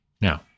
Now